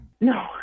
No